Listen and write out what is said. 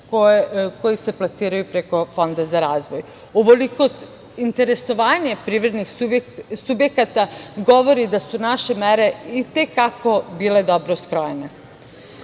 koji se plasiraju preko Fonda za razvoj. Ovoliko interesovanje privrednih subjekata govori da su naše mere i te kako bile dobro skrojene. Sa